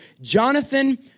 Jonathan